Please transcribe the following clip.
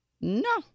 No